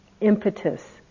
impetus